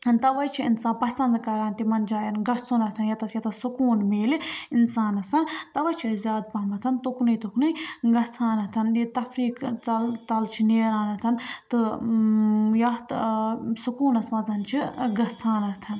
تَوَے چھِ اِنسان پَسَنٛد کَران تِمَن جایَن گَژھُن ییٚتہِ تھَس ییٚتہِ تھَس سکوٗن مِلہِ اِنسانَس تَوَے چھِ أسۍ زیادٕ پَہمَتھ تُکنُے تُکنُے گَژھان یہِ تَفریٖک ژَل تَل چھِ نیران تہٕ یَتھ سکوٗنَس منٛز چھِ گژھان